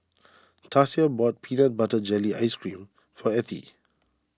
Tasia bought Peanut Butter Jelly Ice Cream for Ethie